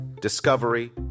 discovery